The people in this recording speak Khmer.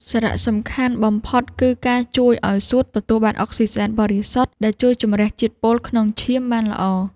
សារៈសំខាន់បំផុត គឺការជួយឱ្យសួតទទួលបានអុកស៊ីសែនបរិសុទ្ធ ដែលជួយជម្រះជាតិពុលក្នុងឈាមបានល្អ។